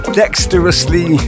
dexterously